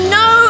no